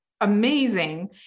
amazing